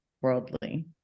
worldly